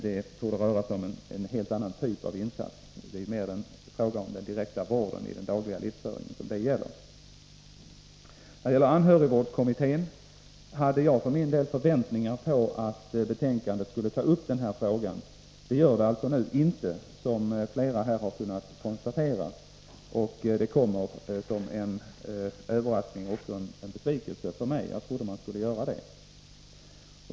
Där torde det röra sig om en helt annan typ av insatser — det är mer fråga om den direkta vården i den dagliga livsföringen. När det gäller anhörigvårdskommittén hade jag för min del förväntningar på att den i sitt betänkande skulle ta upp den här frågan. Det gör den nu inte, som flera talare här har konstaterat. Det kommer som en överraskning och som en besvikelse för mig. Jag trodde att den skulle göra det.